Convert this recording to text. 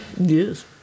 Yes